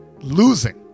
losing